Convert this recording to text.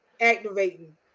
activating